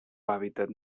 hàbitat